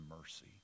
mercy